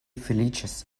feliĉas